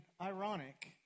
ironic